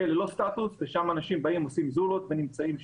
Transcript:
בחופים האלה אנשים באים ועושים זולות ונמצאים שם.